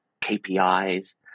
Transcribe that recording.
kpis